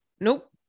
nope